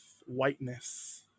whiteness